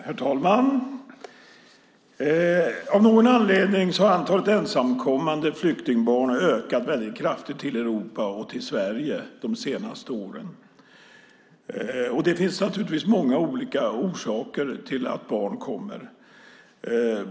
Herr talman! Av någon anledning har antalet ensamkommande flyktingbarn till Europa och till Sverige de senaste åren ökat väldigt kraftigt. Det finns naturligtvis många olika orsaker till att barn kommer.